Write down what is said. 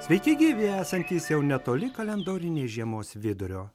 sveiki gyvi esantys jau netoli kalendorinės žiemos vidurio